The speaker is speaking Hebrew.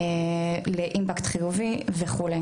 לאימפקט חיובי וכו'.